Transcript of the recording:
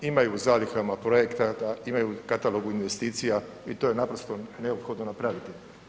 Imaju u zalihama projekta, imaju u katalogu investicija i to je naprosto neophodno napraviti.